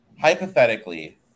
Hypothetically